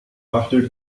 after